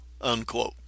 unquote